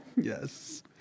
yes